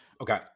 Okay